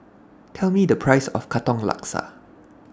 Tell Me The Price of Katong Laksa